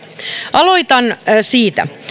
aloitan siitä